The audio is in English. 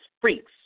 freaks